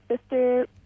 sister